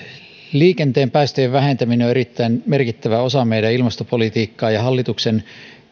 liikenteen päästöjen vähentäminen on erittäin merkittävä osa meidän ilmastopolitiikkaamme ja hallituksen